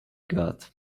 got